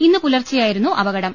ഇന്ന് പുലർച്ചെയായിരുന്നു അപകടം